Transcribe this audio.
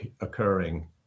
occurring